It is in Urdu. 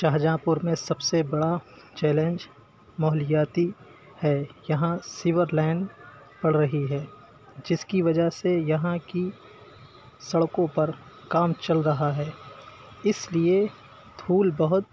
شاہجہاں پور میں سب سے بڑا چیلنچ ماحولیاتی ہے یہاں سیور لائن پڑ رہی ہے جس کی وجہ سے یہاں کی سڑکوں پر کام چل رہا ہے اس لیے دھول بہت